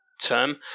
term